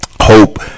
hope